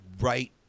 right